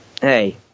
hey